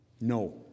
no